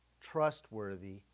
trustworthy